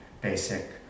basic